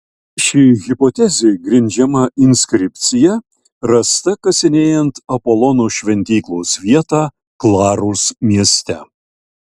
ši hipotezė grindžiama inskripcija rasta kasinėjant apolono šventyklos vietą klaros mieste